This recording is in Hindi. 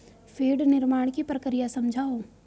फीड निर्माण की प्रक्रिया समझाओ